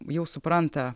jau supranta